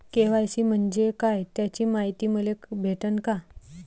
KYC म्हंजे काय त्याची मायती मले भेटन का?